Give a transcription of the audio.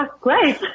great